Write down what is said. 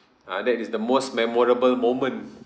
ah that is the most memorable moment